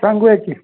सांगूया की